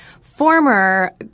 former